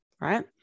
right